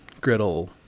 griddle